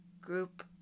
group